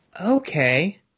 Okay